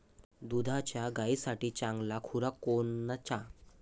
दुधाच्या गायीसाठी चांगला खुराक कोनचा?